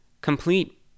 Complete